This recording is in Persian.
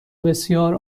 بسیار